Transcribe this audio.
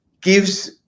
gives